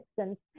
instance